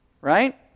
Right